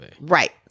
Right